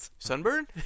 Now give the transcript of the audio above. Sunburn